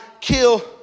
kill